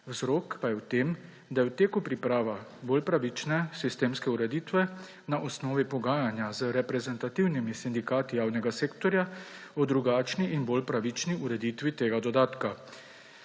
Vzrok pa je v tem, da je v teku priprava bolj pravične sistemske ureditve na osnovi pogajanja z reprezentativnimi sindikati javnega sektorja v drugačni in bolj pravični ureditvi tega dodatka,